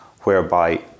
whereby